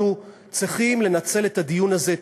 שאנחנו צריכים לנצל את הדיון הזה,